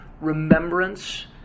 remembrance